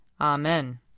Amen